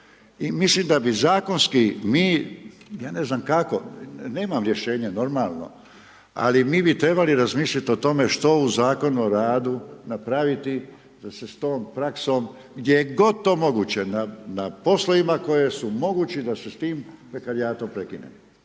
I mislim da bi zakonski mi, ja ne znam kako nemam rješenje normalno, ali mi bi trebali razmislit o tome što u Zakonu o radu napraviti da se s tom praksom gdje je god moguće na poslovima koji su mogući da se s tim prekarijatom prekine.